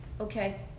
Okay